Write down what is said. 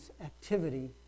activity